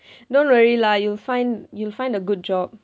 don't worry lah you'll find you'll find a good job